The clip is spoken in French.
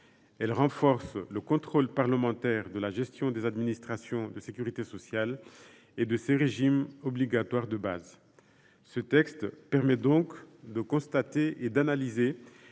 Elle renforce le contrôle parlementaire de la gestion des administrations de sécurité sociale et de ses régimes obligatoires de base. Ce texte permet donc de constater et d’analyser